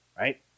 right